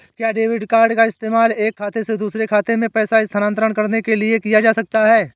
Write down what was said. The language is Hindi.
क्या डेबिट कार्ड का इस्तेमाल एक खाते से दूसरे खाते में पैसे स्थानांतरण करने के लिए किया जा सकता है?